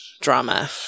drama